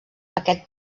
aquest